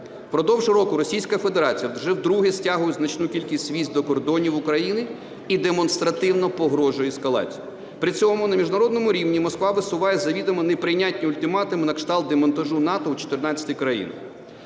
Впродовж року Російська Федерація вже вдруге стягує значну кількість військ до кордонів України і демонстративно погрожує ескалацією. При цьому на міжнародному рівні Москва висуває завідомо неприйнятні ультиматуми на кшталт демонтажу НАТО у 14 країнах.